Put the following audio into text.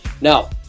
now